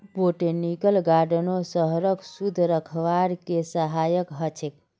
botanical गार्डनो शहरक शुद्ध रखवार के सहायक ह छेक